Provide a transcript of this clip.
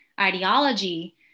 ideology